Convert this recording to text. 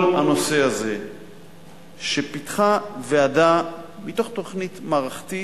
את כל הנושא הזה פיתחה ועדה מתוך תוכנית מערכתית,